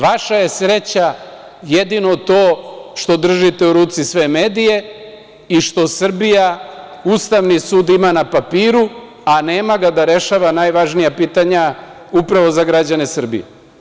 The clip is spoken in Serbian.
Vaša je sreća jedino to što držite u ruci sve medije i što Srbija Ustavni sud ima na papiru, a nema ga da rešava najvažnija pitanja, upravo, za građane Srbije.